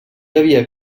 havia